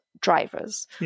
drivers